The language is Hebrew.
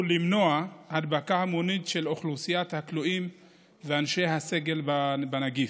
למנוע הדבקה המונית של אוכלוסיית הכלואים ואנשי הסגל בנגיף.